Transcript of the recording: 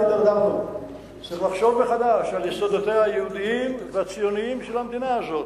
צריך לחשוב מחדש על יסודותיה היהודיים והציוניים של המדינה הזאת.